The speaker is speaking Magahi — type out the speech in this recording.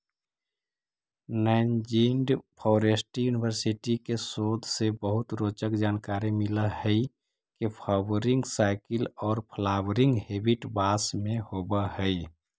नैंजिंड फॉरेस्ट्री यूनिवर्सिटी के शोध से बहुत रोचक जानकारी मिल हई के फ्वावरिंग साइकिल औउर फ्लावरिंग हेबिट बास में होव हई